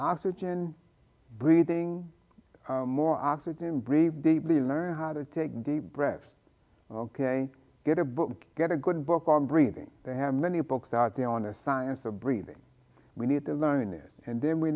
oxygen breathing more oxygen breathe deeply learn how to take deep breaths ok get a book get a good book on breathing they have many books out there on the science of breathing we need to learn it and then we